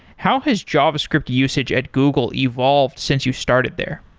how has javascript usage at google evolved since you started there?